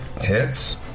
Hits